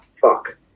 fuck